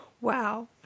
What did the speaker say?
Wow